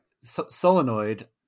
Solenoid